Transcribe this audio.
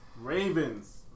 Ravens